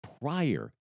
prior